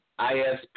ISP